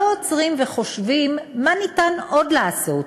לא עוצרים וחושבים מה ניתן עוד לעשות: